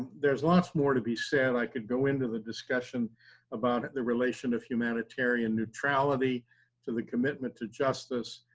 there's lots more to be said, i could go into the discussion about the relation of humanitarian neutrality to the commitment to justice,